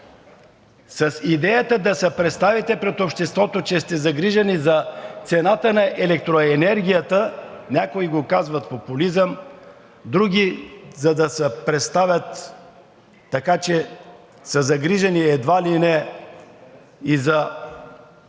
с идеята да се представите пред обществото, че сте загрижени за цената на електроенергията – някои го казват популизъм, други, за да се представят така, че са загрижени едва ли не и за